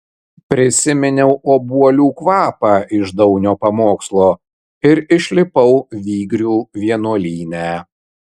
prisiminiau obuolių kvapą iš daunio pamokslo ir išlipau vygrių vienuolyne